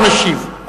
השר עכשיו משיב,